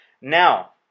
now